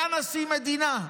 היה נשיא מדינה,